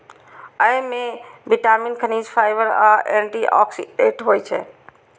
अय मे विटामिन, खनिज, फाइबर आ एंटी ऑक्सीडेंट होइ छै